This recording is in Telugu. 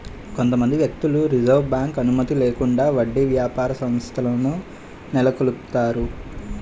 కొంతమంది వ్యక్తులు రిజర్వ్ బ్యాంక్ అనుమతి లేకుండా వడ్డీ వ్యాపార సంస్థలను నెలకొల్పుతారు